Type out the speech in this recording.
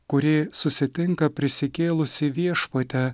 kuri susitinka prisikėlusį viešpatį